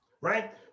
right